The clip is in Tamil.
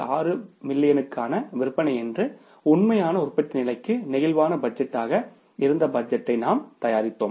6 மில்லியனுக்கான விற்பனை என்று உண்மையான உற்பத்தி நிலைக்கு பிளேக்சிபிள் பட்ஜெட் டாக இருந்த பட்ஜெட்டை நாம் தயாரித்தோம்